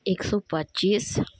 एक सौ पच्चिस